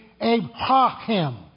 Abraham